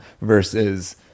Versus